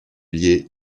liée